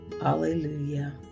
Hallelujah